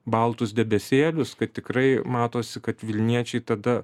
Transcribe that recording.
baltus debesėlius kad tikrai matosi kad vilniečiai tada